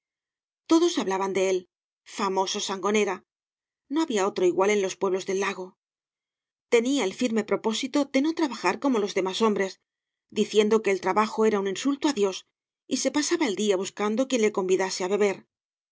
todos hablaban de él fbimo o sangonera no había otro igual en los pueblos del lago tenía el firme propósito de no trabajar como los demás hombres diciendo que el trabajo era un insulto á dios y se pasaba el día buscando quien le convidase á beber